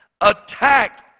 attacked